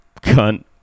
cunt